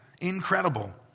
incredible